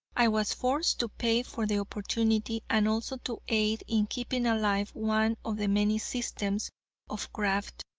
i was forced to pay for the opportunity and also to aid in keeping alive one of the many systems of graft,